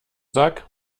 sack